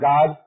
God